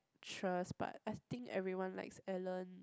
sure but I think everyone likes Ellen